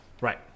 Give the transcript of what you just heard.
Right